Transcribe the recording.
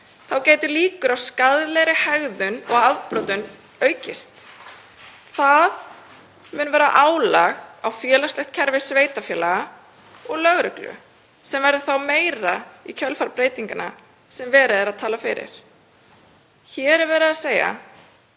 Þá gætu líkur á skaðlegri hegðun og afbrotum aukist. Það mun verða álag á félagslegt kerfi sveitarfélaga og lögreglu sem verður þá meira í kjölfar breytinganna sem verið er að tala fyrir. Hér er verið að segja,